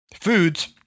foods